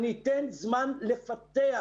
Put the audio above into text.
אני אתן זמן לפתח,